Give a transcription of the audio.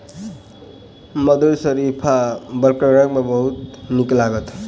मधुर शरीफा बालकगण के बहुत नीक लागल